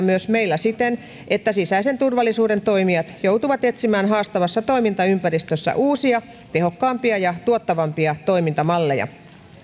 myös meillä siten että sisäisen turvallisuuden toimijat joutuvat etsimään haastavassa toimintaympäristössä uusia tehokkaampia ja tuottavampia toimintamalleja